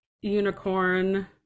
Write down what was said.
unicorn